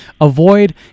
avoid